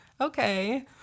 okay